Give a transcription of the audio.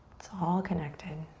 it's all connected.